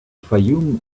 fayoum